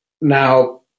Now